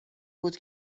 بود